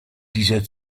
dieser